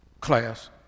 class